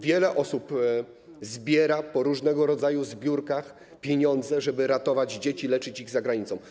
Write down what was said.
Wiele osób zbiera na różnego rodzaju zbiórkach pieniądze, żeby ratować dzieci, leczyć je za granicą.